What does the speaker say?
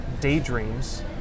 daydreams